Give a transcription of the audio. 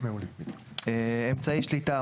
"אמצעי שליטה",